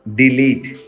delete